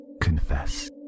confess